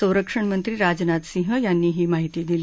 संरक्षण मंत्री राजनाथ सिंह यांनी ही माहिती दिली